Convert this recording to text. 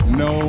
no